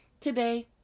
today